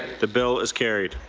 the bill is carried.